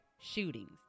Shootings